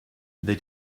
they